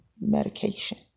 medication